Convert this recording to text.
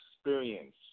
experience